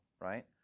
right